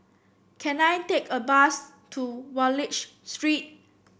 can I take a bus to Wallich Street